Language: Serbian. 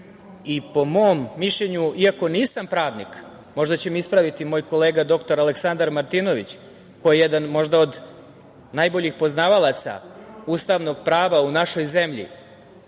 i po mom mišljenju iako nisam pravnik, možda će me ispraviti moj kolega, dr Aleksandar Martinović koji je jedan možda od najboljih poznavalaca ustavnog prava u našoj zemlji,